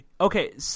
okay